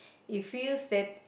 it feels that